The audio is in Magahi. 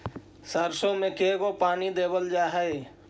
सरसों में के गो पानी देबल जा है?